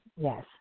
yes